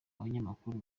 banyamakuru